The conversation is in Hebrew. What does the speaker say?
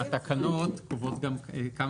התקנות קובעות כמה